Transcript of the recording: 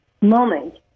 moment